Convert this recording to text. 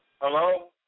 Hello